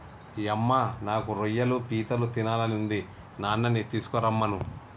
యమ్మ నాకు రొయ్యలు పీతలు తినాలని ఉంది నాన్ననీ తీసుకురమ్మను